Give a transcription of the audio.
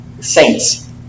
saints